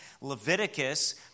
Leviticus